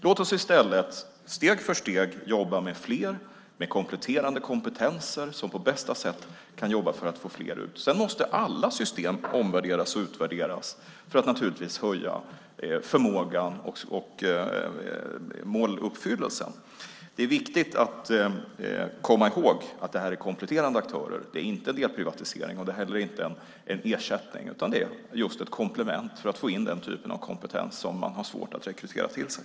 Låt oss i stället steg för steg jobba med fler med kompletterande kompetenser som på bästa sätt kan jobba för att få ut fler. Sedan måste alla system omvärderas och utvärderas för att höja förmågan och öka måluppfyllelsen. Det är viktigt att komma ihåg att detta är kompletterande aktörer. Det är inte en delprivatisering och heller inte en ersättning utan just ett komplement för att få in den kompetens som man har svårt att rekrytera till sig.